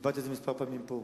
ודיברתי על זה כמה פעמים פה,